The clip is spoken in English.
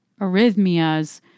arrhythmias